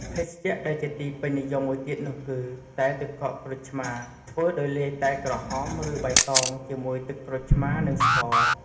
ភេសជ្ជៈដែលជាទីពេញនិយមមួយទៀតនោះគឺ តែទឹកកកក្រូចឆ្មា ធ្វើដោយលាយតែក្រហម ឬ បៃតង ជាមួយទឹកក្រូចឆ្មា និងស្ករ។